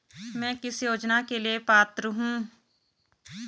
मैं किस योजना के लिए पात्र हूँ?